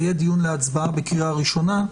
וזה יהיה דיון להצבעה בקריאה ראשונה,